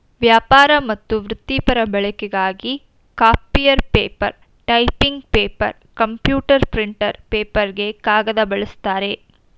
ವ್ಯಾಪಾರ ಮತ್ತು ವೃತ್ತಿಪರ ಬಳಕೆಗಾಗಿ copier paper typing paper computer printer ಪೇಪರ್ಗೆ ಕಾಗದ ಬಳಸ್ತಾರೆ